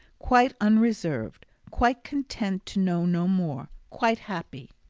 quite unreserved, quite content to know no more, quite happy.